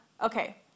Okay